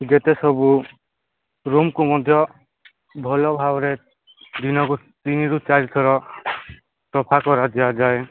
ଯେତେ ସବୁ ରୁମ୍କୁ ମଧ୍ୟ ଭଲ ଭାବରେ ଦିନକୁ ତିନିରୁ ଚାରି ଥର ସଫା କରିଦିଆଯାଏ